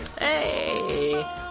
Hey